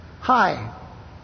Hi